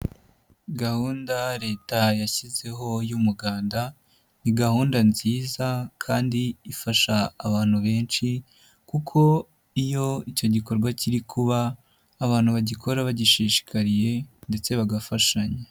Gahunda leta yashyizeho y'umuganda ni gahunda nziza kandi ifasha abantu benshi kuko iyo icyo gikorwa kiri kuba, abantu bagikora bagishishikariye ndetse bagafashanya.